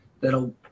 that'll